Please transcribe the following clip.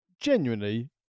genuinely